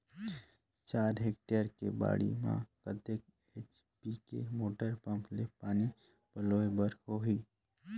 चार हेक्टेयर के बाड़ी म कतेक एच.पी के मोटर पम्म ले पानी पलोय बर होही?